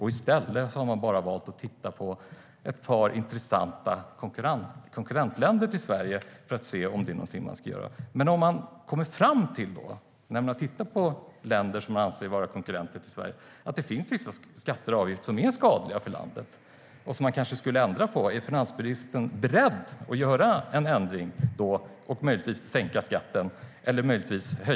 I stället har man valt att bara titta på ett par intressanta konkurrentländer till Sverige för att se om det är något man ska göra. Om man då, när man tittar på länder som man anser vara konkurrenter till Sverige, kommer fram till att det finns vissa skatter och avgifter som är skadliga för landet och som man kanske skulle ändra på, är då finansministern beredd att göra en ändring och möjligtvis sänka skatten eller höja den?